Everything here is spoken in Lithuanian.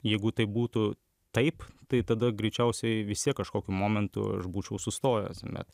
jeigu tai būtų taip tai tada greičiausiai vis tiek kažkokiu momentu aš būčiau sustojęs bet